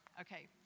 Okay